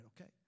okay